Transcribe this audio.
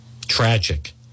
Tragic